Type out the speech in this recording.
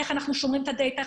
איך אנחנו שומרים את הדאטה,